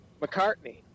McCartney